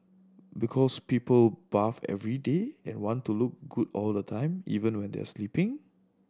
because people bath every day and want to look good all the time even when they are sleeping